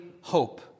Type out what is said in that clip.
hope